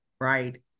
right